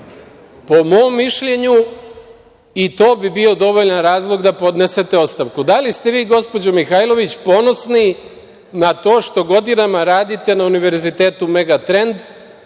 Po mom mišljenju i to bi bio dovoljan razlog da podnesete ostavku. Da li ste vi gospođo Mihajlović ponosni na to što godinama radite na Univerzitetu Megatrend